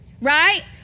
right